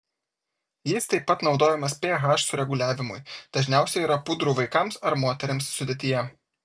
jis taip pat naudojamas ph sureguliavimui dažniausiai yra pudrų vaikams ar moterims sudėtyje